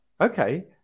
okay